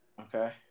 okay